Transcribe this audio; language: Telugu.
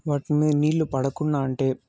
వాటి మీద నీళ్ళు పడకుండా అంటే